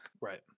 Right